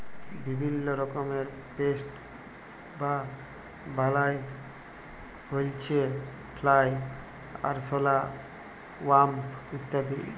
বিভিল্য রকমের পেস্ট বা বালাই হউচ্ছে ফ্লাই, আরশলা, ওয়াস্প ইত্যাদি